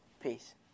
Peace